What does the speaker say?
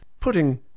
putting